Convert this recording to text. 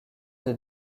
des